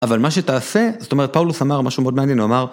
אבל מה שתעשה, זאת אומרת פאולוס אמר משהו מאוד מעניין, הוא אמר